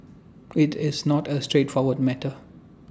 IT is not A straightforward matter